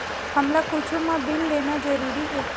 हमला कुछु मा बिल लेना जरूरी हे?